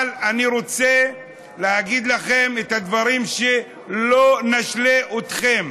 אבל אני רוצה להגיד לכם את הדברים, שלא נשלה אתכם.